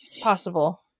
possible